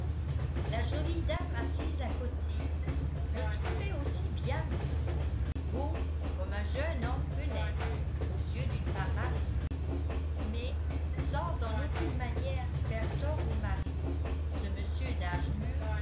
la jolie dame assise à côté le trouvait aussi bien beau beau comme un jeune homme peut l'être aux yeux d'une femme mariée mais sans en aucune manière faire tort au mari ce monsieur d'âge mûr